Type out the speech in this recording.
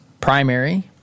primary